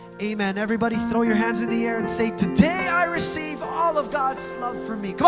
amen. everybody throw your hands in the air and say, today, i receive all of god's love for me.